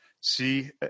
See